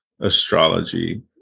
astrology